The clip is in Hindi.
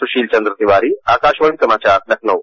सुशील चन्द्र तिवारी आकाशवाणी समाचार लखनऊ